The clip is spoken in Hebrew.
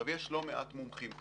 יש לא מעט מומחים כאלה.